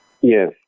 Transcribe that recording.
Yes